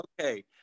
Okay